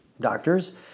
doctors